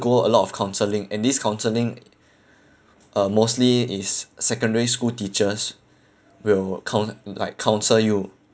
a lot of counselling and this counselling uh mostly is secondary school teachers will coun~ like counsel you